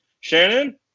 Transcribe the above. Shannon